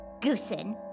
Goosen